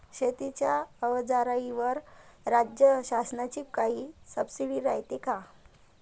शेतीच्या अवजाराईवर राज्य शासनाची काई सबसीडी रायते का?